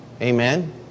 Amen